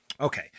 Okay